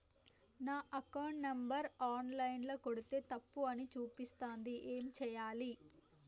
నా account number online ల కొడ్తే తప్పు అని చూపిస్తాంది ఏం చేయాలి?